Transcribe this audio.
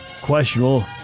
Questionable